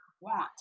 want